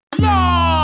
No